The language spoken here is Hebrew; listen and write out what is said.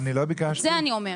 את זה אני אומרת.